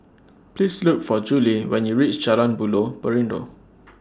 Please Look For Julie when YOU REACH Jalan Buloh Perindu